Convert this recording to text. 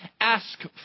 ask